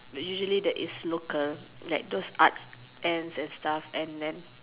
usually that is local like those art ends and stuff and then